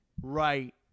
right